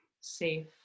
safe